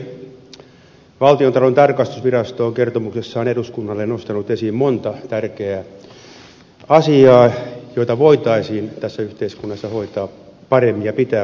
valtiontalouden tarkastusvirasto on kertomuksessaan eduskunnalle nostanut esiin monta tärkeää asiaa joita voitaisiin tässä yhteiskunnassa hoitaa paremmin ja pitää hoitaa paremmin